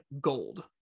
gold